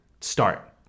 start